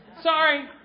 Sorry